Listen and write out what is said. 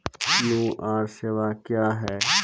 QR सेवा क्या हैं?